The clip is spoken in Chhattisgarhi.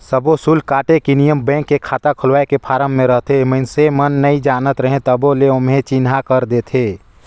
सब्बो सुल्क काटे के नियम बेंक के खाता खोलवाए के फारम मे रहथे और मइसने मन नइ जानत रहें तभो ले ओम्हे चिन्हा कर देथे